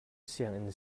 sianginn